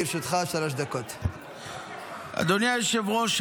אדוני היושב-ראש,